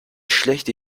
schlechte